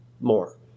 more